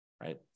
right